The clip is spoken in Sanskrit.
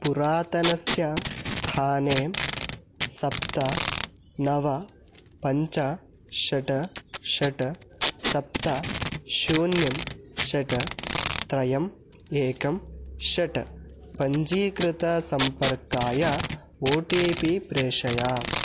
पुरातनस्य स्थाने सप्त नव पञ्च षट् षट् सप्त शून्यं षट् त्रयं एकं षट् पञ्जीकृतसम्पर्काय ओ टी पी प्रेषय